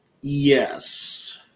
Yes